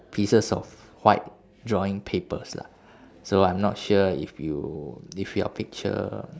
pieces of white drawing papers lah so I'm not sure if you if your picture